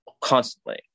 constantly